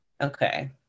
Okay